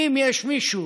אם יש מישהו